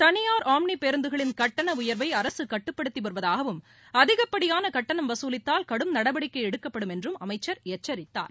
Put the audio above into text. தளியாா் ஆம்ளி பேருந்துகளின் கட்டண உயா்வை அரசு கட்டுப்படுத்தி வருவதாகவும் அதிகபடியான கட்டணம் வசூலித்தால் கடும் நடவடிக்கை எடுக்கப்படும் என்றும் அமைச்சர் எச்சித்தார்